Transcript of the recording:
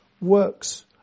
Works